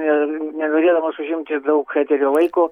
ir negalėdamas užimti daug eterio laiko